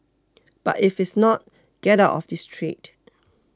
but if it's not get out of this trade